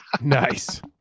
Nice